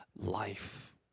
life